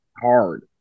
hard